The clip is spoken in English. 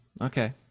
Okay